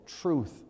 truth